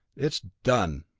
it's done,